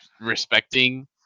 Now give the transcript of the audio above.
respecting